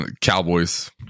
Cowboys